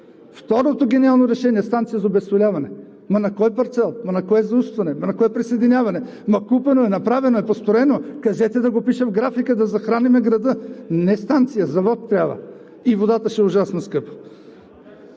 Второто гениално решение – станция за обезсоляване. Ама на кой парцел, ама на кое заустване, ама на кое присъединяване? Ама купено е, направено е, построено е! Кажете, да го пишем в графика, да захраним града. Не станция, завод трябва, и водата ще е ужасно скъпа.